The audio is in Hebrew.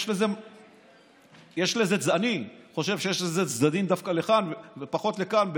אני חושב שיש לזה דווקא צדדים לכאן ופחות לכאן,